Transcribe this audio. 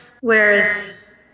whereas